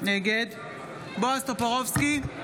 נגד בועז טופורובסקי,